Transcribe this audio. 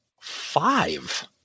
five